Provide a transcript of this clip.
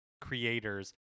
creators